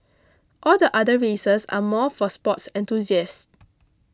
all the other races are more for sports enthusiasts